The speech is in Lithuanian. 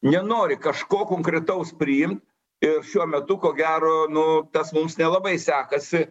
nenori kažko konkretaus priimt ir šiuo metu ko gero nu tas mums nelabai sekasi